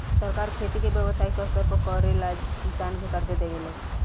सरकार खेती के व्यवसायिक स्तर पर करेला किसान के कर्जा देवे ले